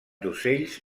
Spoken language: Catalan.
d’ocells